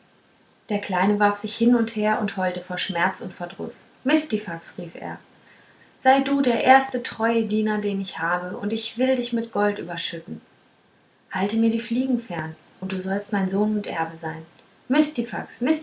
der kleine warf sich hin und her und heulte vor schmerz und verdruß mistifax rief er sei du der erste treue diener den ich habe und ich will dich mit gold überschütten halte mir die fliegen fern und du sollst mein sohn und erbe sein